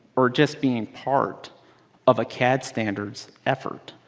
or just being part of a cad standards effort.